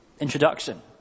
introduction